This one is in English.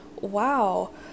wow